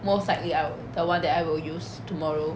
most likely I woul~ the one that I will use tomorrow